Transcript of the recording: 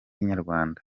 inyarwanda